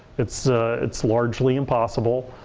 it's it's largely impossible.